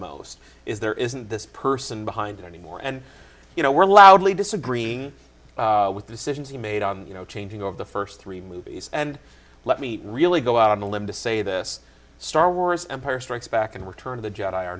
most is there isn't this person behind it anymore and you know we're loudly disagreeing with decisions he made on you know changing of the first three movies and let me really go out on a limb to say this star wars empire strikes back and return of the